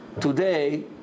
Today